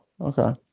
okay